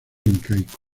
incaico